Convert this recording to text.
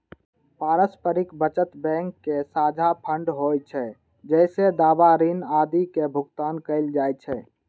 पारस्परिक बचत बैंक के साझा फंड होइ छै, जइसे दावा, ऋण आदिक भुगतान कैल जाइ छै